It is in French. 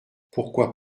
pourquoi